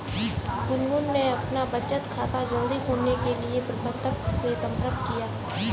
गुनगुन ने अपना बचत खाता जल्दी खोलने के लिए प्रबंधक से संपर्क किया